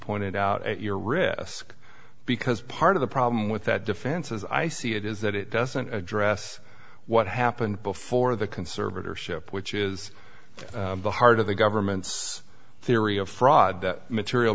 pointed out at your risk because part of the problem with that defense as i see it is that it doesn't address what happened before the conservatorship which is the heart of the government's theory of fraud that material